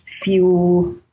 fuel